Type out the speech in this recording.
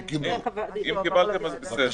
אם קיבלתן, בסדר.